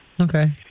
Okay